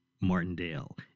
Martindale